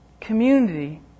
Community